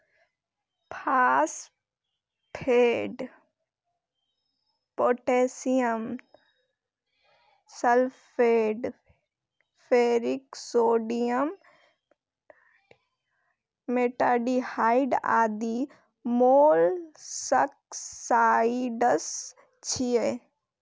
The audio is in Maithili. phosphate, potassium sulphate, ferric sodium, metaldehyde आदि मोलस्कसाइड्स छियै